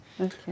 Okay